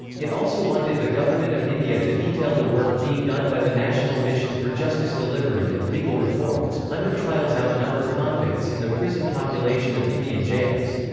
it also wanted the government of india to detail the work being done by the national mission for justice delivery and legal reforms undertrials outnumber convicts in the prison population of indian jails.